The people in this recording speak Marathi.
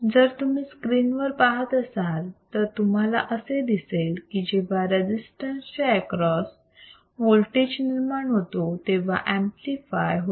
जर तुम्ही स्क्रीन वर पाहत असाल तर तुम्हाला असे दिसेल की जेव्हा रजिस्टन्स च्या एक्रॉस वोल्टेज निर्माण होतो तेव्हा तो ऍम्प्लिफाय होतो